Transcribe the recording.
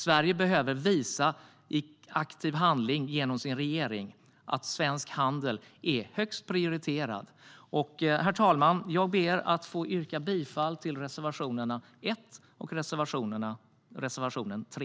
Sverige behöver genom sin regering visa i aktiv handling att svensk handel är högst prioriterad. Herr talman! Jag vill yrka bifall till reservation 1 och reservation 3.